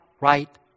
right